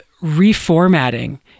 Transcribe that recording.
reformatting